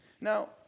Now